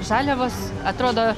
žaliavos atrodo